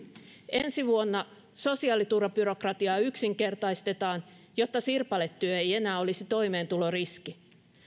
ensi vuonna sosiaaliturvabyrokratiaa yksinkertaistetaan jotta sirpaletyö ei enää olisi toimeentuloriski